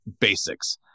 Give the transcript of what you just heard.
basics